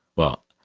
well,